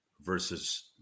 versus